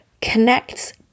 connects